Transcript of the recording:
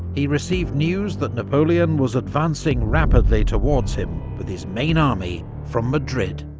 he received news that napoleon was advancing rapidly towards him, with his main army, from madrid.